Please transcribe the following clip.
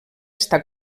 està